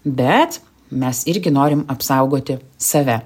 bet mes irgi norim apsaugoti save